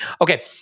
Okay